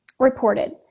reported